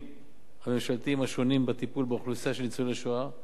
הממשלתיים השונים בטיפול באוכלוסייה של ניצולי השואה,